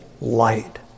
light